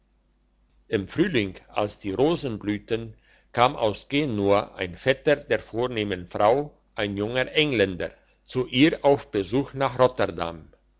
im frühling als die rosen blühten kam aus genua ein vetter der vornehmen frau ein junger engländer zu ihr auf besuch nach rotterdam